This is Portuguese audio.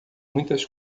muitas